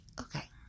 okay